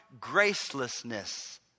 gracelessness